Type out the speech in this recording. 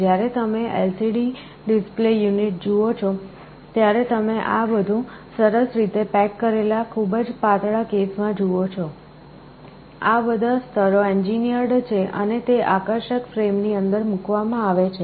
જ્યારે તમે LCD display unit જુઓ છો ત્યારે તમે આ બધું સરસ રીતે પેક કરેલા ખૂબ જ પાતળા કેસ માં જુઓ છો આ બધા સ્તરો એન્જિનિયર્ડ છે અને તે આકર્ષક ફ્રેમ ની અંદર મૂકવામાં આવે છે